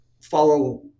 follow